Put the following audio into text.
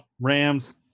Rams